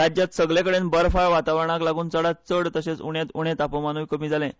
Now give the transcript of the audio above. राज्यांत सगले कडेन बर्फाळ वातावरणाक लागून चडांतचड तशेंच उण्यांत उणें तापमानूय कमी जालें